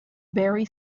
barry